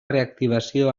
reactivació